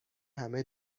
همه